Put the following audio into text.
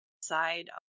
side